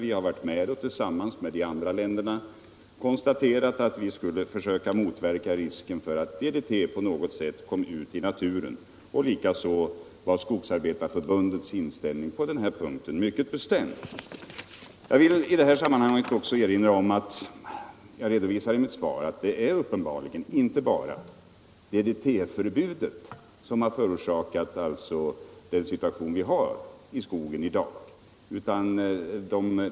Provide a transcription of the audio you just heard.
Vi har där tillsammans med de andra länderna uttalat att vi skulle försöka motverka risken för att DDT på något sätt kom ut i naturen. Likaså var Skogsarbetarförbundets inställning på denna punkt mycket bestämd. Jag vill i detta sammanhang erinra om att jag i mitt svar redovisat att det uppenbarligen inte bara är DDT-förbudet som förorsakat den situation vi har i skogen i dag.